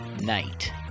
night